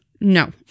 No